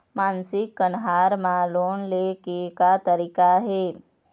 मासिक कन्हार म लोन ले के का तरीका हे?